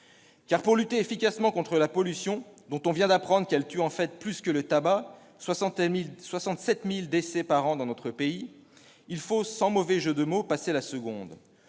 pour lutter efficacement contre la pollution, dont on vient d'apprendre qu'elle tue en fait plus que le tabac- elle cause 67 000 décès par an dans notre pays -, il faut, sans mauvais jeu de mots, passer la seconde.